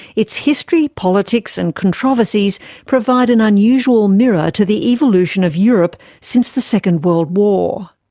its history, politics and controversies provide an unusual mirror to the evolution of europe since the second world war.